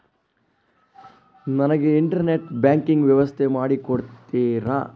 ನನಗೆ internet banking ವ್ಯವಸ್ಥೆ ಮಾಡಿ ಕೊಡ್ತೇರಾ?